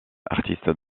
artiste